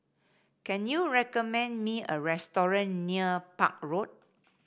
can you recommend me a restaurant near Park Road